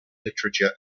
literature